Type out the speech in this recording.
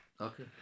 Okay